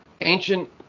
ancient